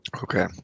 Okay